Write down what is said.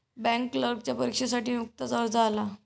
bank क्लर्कच्या परीक्षेसाठी नुकताच अर्ज आला